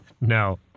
No